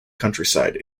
countryside